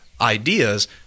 ideas